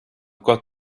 got